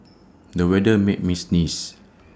the weather made me sneeze